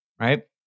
right